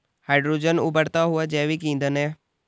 hydrogen उबरता हुआ जैविक ईंधन है